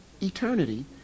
eternity